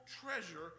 treasure